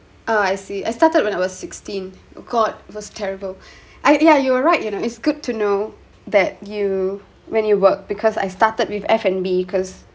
ah I see I started when I was sixteen god it was terrible I yeah you are right you know it's good to know that you when you work because I started with f and b because